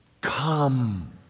Come